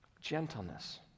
gentleness